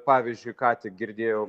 pavyzdžiui ką tik girdėjau